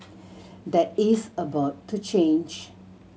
that is about to change